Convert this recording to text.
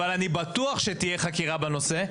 אבל אני בטוח שתהיה חקירה בנושא.